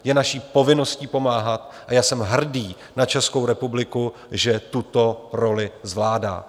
Je naší povinností pomáhat a já jsem hrdý na Českou republiku, že tuto roli zvládá.